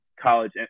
college